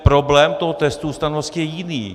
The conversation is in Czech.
Problém toho testu ústavnosti je jiný.